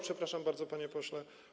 Przepraszam bardzo, panie pośle.